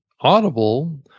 Audible